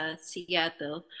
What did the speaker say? Seattle